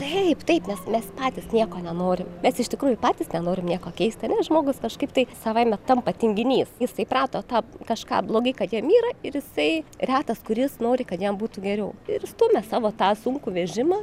taip taip nes mes patys nieko nenorim mes iš tikrųjų patys nenorim nieko keist ane žmogus kažkaip tai savaime tampa tinginys jis įprato tą kažką blogai kad jam yra ir jisai retas kuris nori kad jam būtų geriau ir stumia savo tą sunkų vežimą